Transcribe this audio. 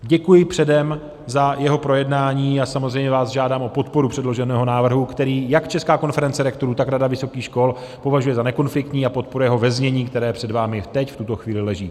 Děkuji předem za jeho projednání a samozřejmě vás žádám o podporu předloženého návrhu, který jak Česká konference rektorů, tak Rada vysokých škol považuje za nekonfliktní a podporuje ho ve znění, které před vámi teď v tuto chvíli leží.